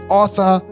author